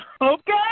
Okay